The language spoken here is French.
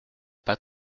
pas